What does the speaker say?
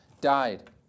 died